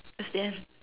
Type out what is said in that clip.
that's the end